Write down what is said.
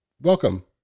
welcome